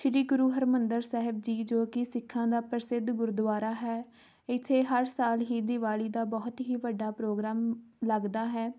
ਸ਼੍ਰੀ ਗੁਰੂ ਹਰਿਮੰਦਰ ਸਾਹਿਬ ਜੀ ਜੋ ਕਿ ਸਿੱਖਾਂ ਦਾ ਪ੍ਰਸਿੱਧ ਗੁਰਦੁਆਰਾ ਹੈ ਇੱਥੇ ਹਰ ਸਾਲ ਹੀ ਦੀਵਾਲੀ ਦਾ ਬਹੁਤ ਹੀ ਵੱਡਾ ਪ੍ਰੋਗਰਾਮ ਲੱਗਦਾ ਹੈ